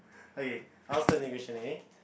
okay I'll start a new question okay